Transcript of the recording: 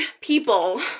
people